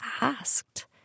asked